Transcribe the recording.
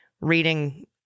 reading